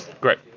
Great